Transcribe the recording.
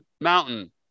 mountain